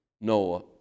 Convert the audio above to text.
Noah